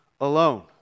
alone